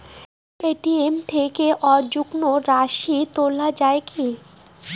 ATM থেকে অযুগ্ম রাশি তোলা য়ায় কি?